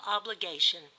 obligation